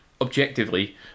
objectively